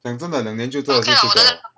讲真的两年就真的可以丢掉了